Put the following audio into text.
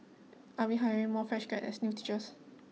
are we hiring more fresh graduates as new teachers